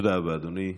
תודה רבה, אדוני.